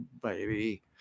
baby